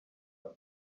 one